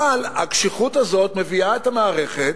אבל הקשיחות הזאת מביאה את המערכת,